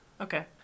Okay